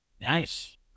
Nice